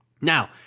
Now